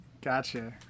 Gotcha